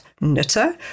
knitter